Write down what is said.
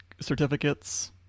certificates